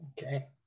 okay